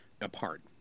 apart